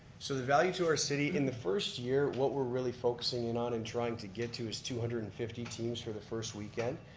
so the value to our city, in the first year what we're really focusing in on, and trying to get to is two hundred and fifty teams for the first weekend.